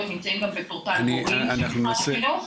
נמצאים גם בפורטל הורים של משרד החינוך,